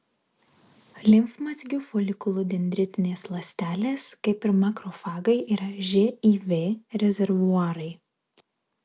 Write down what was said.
limfmazgių folikulų dendritinės ląstelės kaip ir makrofagai yra živ rezervuarai